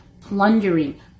plundering